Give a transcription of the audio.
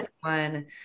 one